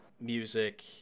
music